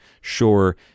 Sure